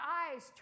eyes